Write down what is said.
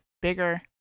bigger